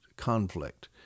conflict